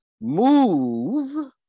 Move